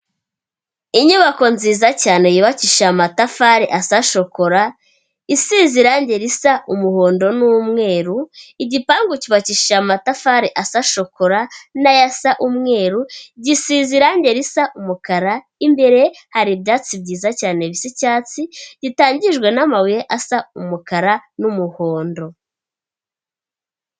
Inyubako nziza cyane yubakishije amatafari asa shokora, isize irangi risa umuhondo n'umweru, igipangu cyubakishije amatafari asa shokora n'ayasa umweru, gisize irangi risa umukara imbere hari ibyatsi byiza cyane bisa icyatsi, bitangijwe n'amabuye asa umukara n'umuhondo.